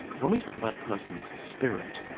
when we talk about a person's spirit,